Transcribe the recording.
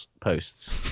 posts